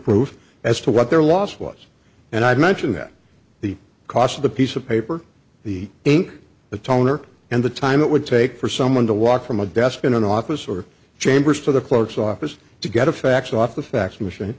prove as to what their loss was and i'd mention that the cost of the piece of paper the ink the toner and the time it would take for someone to walk from a desk in an office or chambers to the clerk's office to get a fax off the fax machine